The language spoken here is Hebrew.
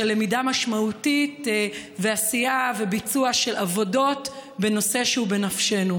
של למידה משמעותית ועשייה וביצוע של עבודות בנושא שהוא בנפשנו?